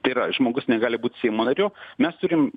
tai yra žmogus negali būt seimo nariu mes turim